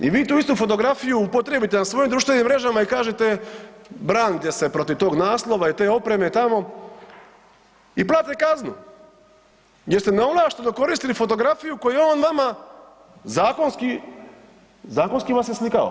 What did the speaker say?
I vi tu istu fotografiju upotrijebite na svojim društvenim mrežama i kažete, branite se protiv tog naslova i te opreme tamo i platite kaznu jer ste neovlašteno koristili fotografiju koju je on vama zakonski vas je slikao.